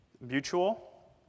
mutual